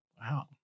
Wow